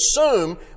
assume